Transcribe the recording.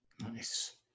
Nice